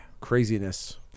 craziness